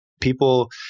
people